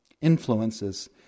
influences